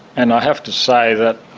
and i have to say that